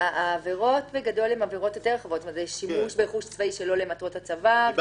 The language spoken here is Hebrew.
העבירות הן עבירות יותר רחבות - שימוש ברכוש צבאי שלא למטרות הצבא,